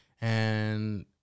and-